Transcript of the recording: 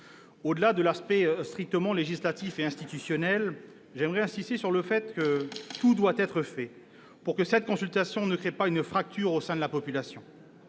Au-delà de l'aspect strictement législatif et institutionnel, j'aimerais insister sur le fait que tout doit être fait pour que cette consultation ne crée pas une fracture au sein de la population.